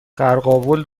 قرقاول